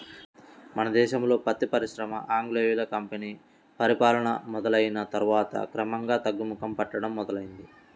మన దేశంలో పత్తి పరిశ్రమ ఆంగ్లేయుల కంపెనీ పరిపాలన మొదలయ్యిన తర్వాత క్రమంగా తగ్గుముఖం పట్టడం మొదలైంది